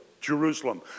Jerusalem